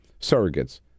surrogates